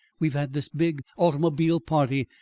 we've had this big automobile party,